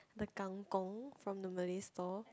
the kangkong from the Malay stall